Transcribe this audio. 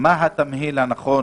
מה התמהיל הנכון,